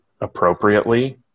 appropriately